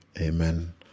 Amen